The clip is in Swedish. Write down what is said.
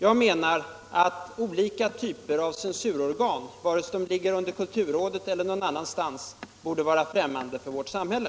Jag menar att olika typer av censurorgan, vare sig de sorterar under kulturrådet eller någon annanstans, borde vara främmande för vårt samhälle.